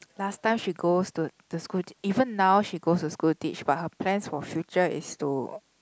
last time she goes to to school even now she goes to school teach but her plans for future is to